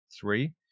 three